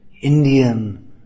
Indian